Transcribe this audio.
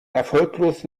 erfolglos